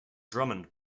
drummond